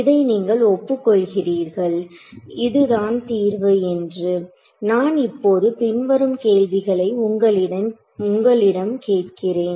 இதை நீங்கள் ஒப்புக்கொள்கிறீர்கள் இதுதான் தீர்வு என்று நான் இப்போது பின்வரும் கேள்விகளை உங்களிடம் கேட்கிறேன்